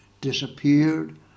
disappeared